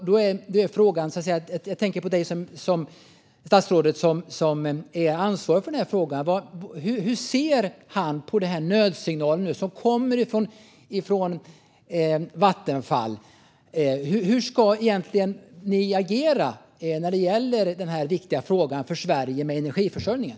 Då undrar jag hur statsrådet, som är ansvarig för denna fråga, ser på den nödsignal som nu kommer från Vattenfall. Hur ska ni egentligen agera när det gäller denna för Sverige viktiga fråga om energiförsörjningen?